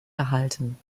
erhalten